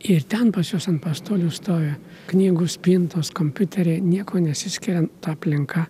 ir ten pas juos ant pastolių stovi knygų spintos kompiuteriai niekuo nesiskiria ta aplinka